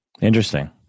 Interesting